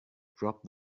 drop